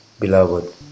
Beloved